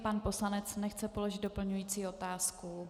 Pan poslanec nechce položit doplňující otázku.